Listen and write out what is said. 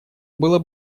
было